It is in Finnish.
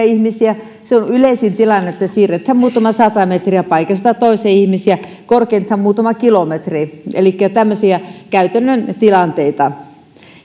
ihmisiä se on yleisin tilanne että siirretään muutama sata metriä paikasta toiseen ihmisiä korkeintaan muutama kilometri elikkä tämmöisiä käytännön tilanteita